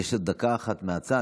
יש דקה אחת מהצד.